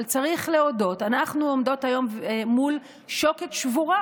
אבל צריך להודות שאנחנו עומדות היום מול שוקת שבורה,